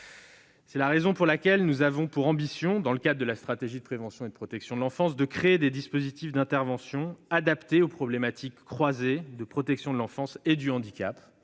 C'est la raison pour laquelle nous avons pour ambition, dans le cadre de la Stratégie nationale de prévention et de protection de l'enfance, de créer des dispositifs d'intervention adaptés aux problématiques croisées de protection de l'enfance et du handicap,